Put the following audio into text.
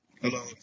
Hello